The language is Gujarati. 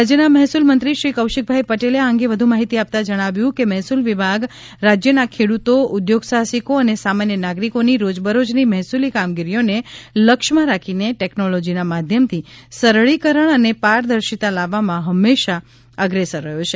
રાજ્યના મહેસૂલમંત્રી શ્રી કૌશિક ભાઇ પટેલે આ અંગે વધુ માહિતી આપતાં જણાવ્યું છે કે મહેસૂલ વિભાગ રાજયના ખેડૂતો ઉદ્યોગ સાહસિકો અને સામાન્ય નાગરિકોની રોજબરોજની મહેસૂલી કામગીરીઓને લક્ષમાં રાખીને ટેકનોલોજીના માધ્યમથી સરળીકરણ અને પારદર્શિતા લાવવામાં હંમેશા અગ્રેસર રહ્યો છે